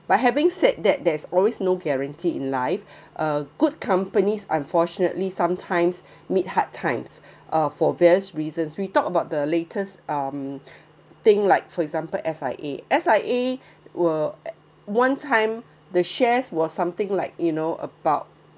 but having said that there is always no guarantee in life uh good companies unfortunately sometimes meet hard times uh for various reasons we talk about the latest um thing like for example S_I_A S_I_A were one time the shares was something like you know about